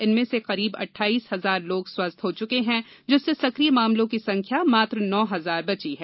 इनमें से करीब अट्ठाइस हजार लोग स्वस्थ हो चुके हैं जिससे सकिय मामलों की संख्या मात्र नौ हजार बची है